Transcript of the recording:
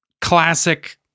classic